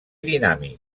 dinàmic